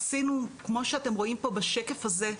עשינו כמו שאתם רואים פה בשקף הזה,